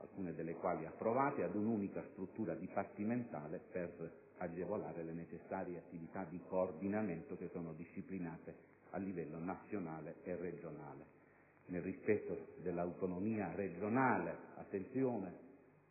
alcune delle quali approvate) ad un'unica struttura dipartimentale, per agevolare le necessarie attività di coordinamento che sono disciplinate a livello regionale e nazionale, nel rispetto dell'autonomia regionale. A